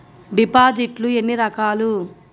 డిపాజిట్లు ఎన్ని రకాలు?